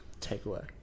takeaway